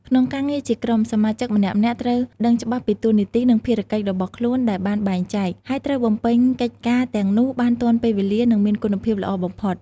ក្នុងការងារជាក្រុម សមាជិកម្នាក់ៗត្រូវដឹងច្បាស់ពីតួនាទី និងភារកិច្ចរបស់ខ្លួនដែលបានបែងចែក ហើយត្រូវបំពេញកិច្ចការទាំងនោះបានទាន់ពេលវេលា និងមានគុណភាពល្អបំផុត។